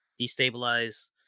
destabilize